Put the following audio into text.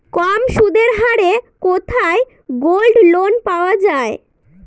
কম সুদের হারে কোথায় গোল্ডলোন পাওয়া য়ায়?